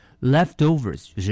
Leftovers